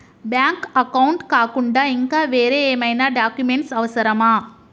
Bank account కాకుండా ఇంకా వేరే ఏమైనా డాక్యుమెంట్స్ అవసరమా?